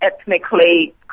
ethnically